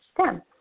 STEM